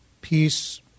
peace